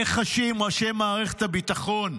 איך חשים ראשי מערכת הביטחון,